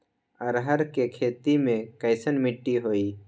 अरहर के खेती मे कैसन मिट्टी होइ?